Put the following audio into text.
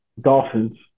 Dolphins